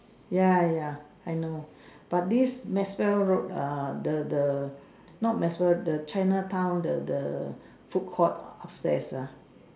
ya ya I know but this maxwell road uh the the not maxwell the Chinatown the the foodcourt upstairs ah